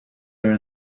are